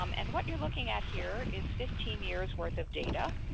um and what you're looking at here is fifteen years' worth of data,